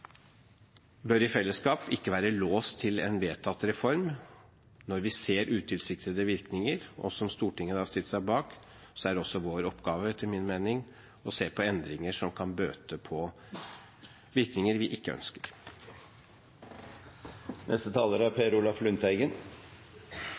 bør i fellesskap ikke være låst til en vedtatt reform når vi ser utilsiktede virkninger. Når Stortinget har stilt seg bak, er vår oppgave etter min mening å se på endringer som kan bøte på virkninger vi ikke ønsker. Dette er